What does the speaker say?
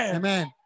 Amen